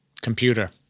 computer